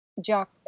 Jack